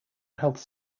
health